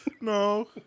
No